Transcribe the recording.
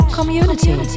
Community